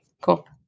cool